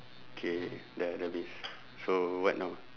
okay dah dah habis so what now